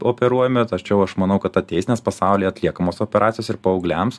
operuojami tačiau aš manau kad ateis nes pasaulyje atliekamos operacijos ir paaugliams